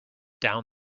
down